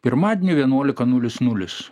pirmadienį vienuolika nulis nulis